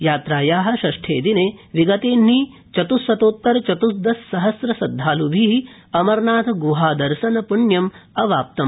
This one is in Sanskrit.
यात्राया षष्ठे दिने विगतेहिन चत्श्शतोत्तर चत्र्दश सहस्रश्रद्वाल्भि अमरनाथग्हादर्शन प्ण्यम् अवाप्तम्